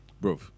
bro